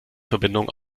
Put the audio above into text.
verbindung